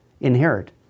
inherit